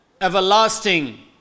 everlasting